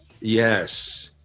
yes